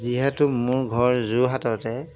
যিহেতু মোৰ ঘৰ যোৰহাটতে